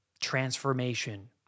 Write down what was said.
transformation